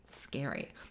scary